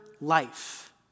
life